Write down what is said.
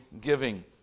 giving